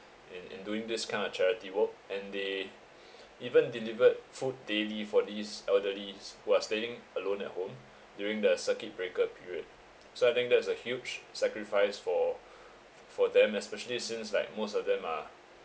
in in doing this kind of charity work and they even delivered food daily for these elderlies who are staying alone at home during the circuit breaker period so I think that's a huge sacrifice for f~ for them especially since like most of them are